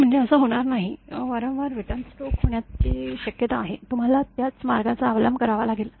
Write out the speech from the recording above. म्हणजे असं होणार नाही वारंवार रिटर्न स्ट्रोक होण्याची शक्यता आहे तुम्हाला त्याच मार्गाचा अवलंब करावा लागेल